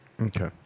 Okay